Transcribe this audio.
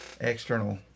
external